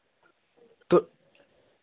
तु